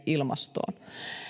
ilmastoon